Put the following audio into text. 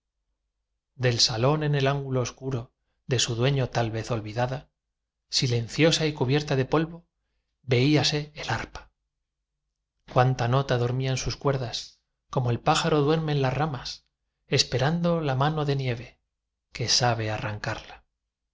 del salón en el ángulo oscuro de su dueño tal vez olvidada silenciosa y cubierta de polvo veíase el arpa cuánta nota dormía en sus cuerdas como el pájaro duerme en las ramas esperando la mano de nieve que sabe arrancarlas